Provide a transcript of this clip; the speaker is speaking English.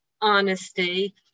honesty